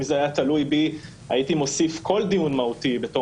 אם זה היה תלוי בי הייתי מוסיף כל דיון מהותי בתום